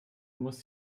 muss